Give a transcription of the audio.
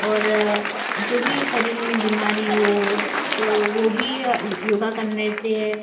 और जो भी शरीर में बीमारी हो तो वह भी योग करने से